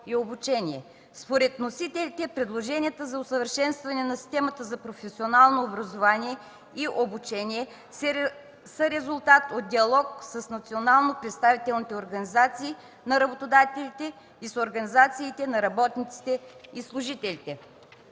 Според вносителите предложенията за усъвършенстване на системата за професионално образование и обучение са резултат от диалог с национално представителните организации на работодателите и с организациите на работниците и служителите.